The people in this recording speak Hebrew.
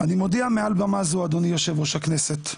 אני מודיע מעל במה זו אדוני יושב-ראש הכנסת,